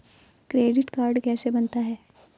Credit card कैसे बनता है?